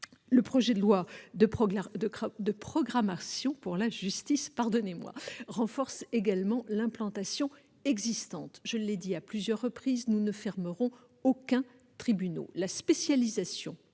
Le projet de loi de programmation pour la justice renforce également l'implantation judiciaire existante. Je l'ai dit à plusieurs reprises, nous ne fermerons aucun tribunal.